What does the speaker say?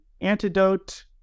antidote